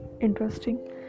interesting